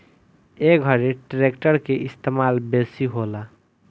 ए घरी ट्रेक्टर के इस्तेमाल बेसी होला